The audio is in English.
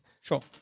Sure